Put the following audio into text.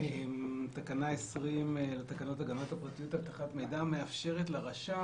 תקנה 20 לתקנות הגנת הפרטיות (אבטחת מידע) מאפשרת לרשם